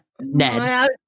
Ned